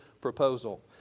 proposal